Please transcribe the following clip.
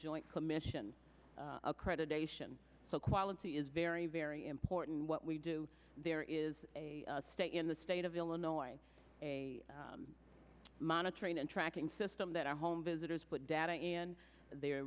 joint commission accreditation so quality is very very important what we do there is a state in the state of illinois a monitoring and tracking system that our home visitors put data and their